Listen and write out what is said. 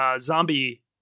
zombie